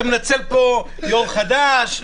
אתה מנצל פה יו"ר חדש,